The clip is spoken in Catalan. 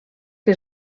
que